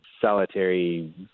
solitary